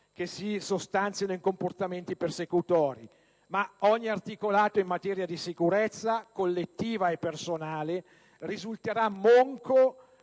che si sostanziano in comportamenti persecutori. Ma ogni articolato in materia di sicurezza collettiva e personale risulterà monco